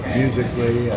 musically